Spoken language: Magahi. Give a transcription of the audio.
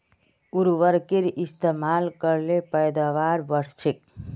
उर्वरकेर इस्तेमाल कर ल पैदावार बढ़छेक